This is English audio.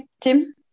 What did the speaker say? Tim